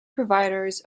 providers